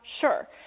sure